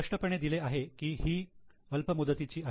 स्पष्टपणे दिले आहे की ही अल्प मुदतीची आहे